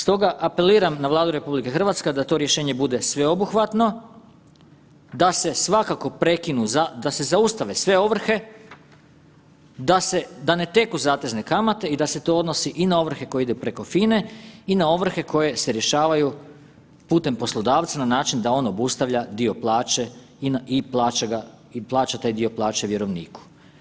Stoga apeliram na Vladu RH, a da to rješenje bude sveobuhvatno, da se svakako prekinu za, da se zaustave sve ovrhe, da se, da ne teku zatezne kamate i da se to odnosi i na ovrhe koje idu preko FINA-e i na ovrhe koje se rješavaju putem poslodavca na način da on obustavlja dio plaće i plaća ga, i plaća taj dio plaće vjerovniku.